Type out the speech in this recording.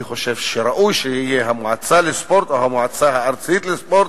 אני חושב שראוי שיהיה המועצה לספורט או המועצה הארצית לספורט,